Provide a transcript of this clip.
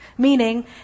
Meaning